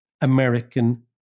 American